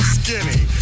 skinny